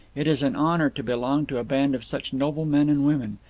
it is an honour to belong to a band of such noble men and women.